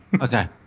Okay